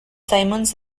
simmons